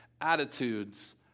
attitudes